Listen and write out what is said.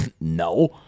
no